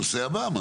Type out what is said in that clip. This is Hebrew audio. נושא הבא, אמרנו.